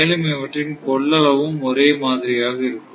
மேலும் இவற்றின் கொள்ளளவும் ஒரே மாதிரியாக இருக்கும்